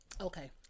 Okay